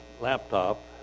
laptop